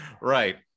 Right